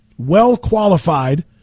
well-qualified